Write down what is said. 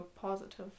positive